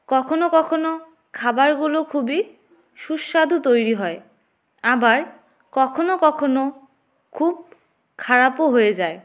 কখনো কখনো খাবারগুলো খুবই সুস্বাদু তৈরি হয় আবার কখনো কখনো খুব খারাপও হয়ে যায়